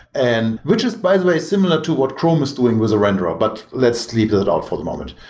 and which is by the way similar to what chrome is doing with a renderer, but let's leave that all for the moment.